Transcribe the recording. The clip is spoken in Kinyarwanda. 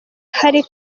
hari